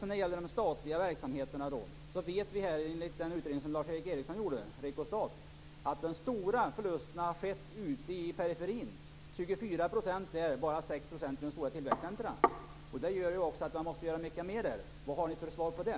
När det gäller de statliga verksamheterna vet vi från den utredning som Lars Eric Ericsson gjorde, REKO-STAT, att de stora förlusterna har skett ute i periferin. Det var 24 % där, och bara 6 % i de stora tillväxtcentrumen. Det gör att man måste göra mycket mer där. Vad har ni för svar på det?